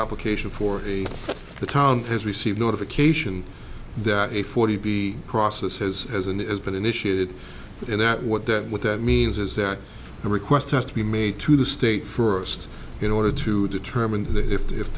application for a the town has received notification that a forty b process has has and has been initiated and that what that what that means is that the request has to be made to the state for sed in order to determine if